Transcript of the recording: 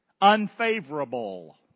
Unfavorable